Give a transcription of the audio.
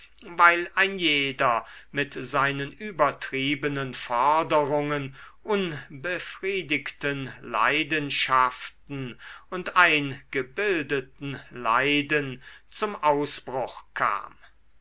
weil ein jeder mit seinen übertriebenen forderungen unbefriedigten leidenschaften und eingebildeten leiden zum ausbruch kam